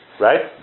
Right